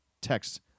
text